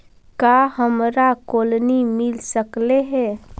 का हमरा कोलनी मिल सकले हे?